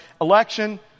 election